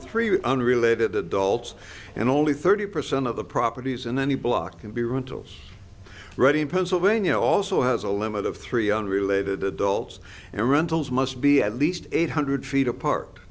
three unrelated adults and only thirty percent of the properties in any block can be rentals reading pennsylvania also has a limit of three unrelated adults and rentals must be at least eight hundred feet apar